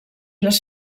les